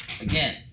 again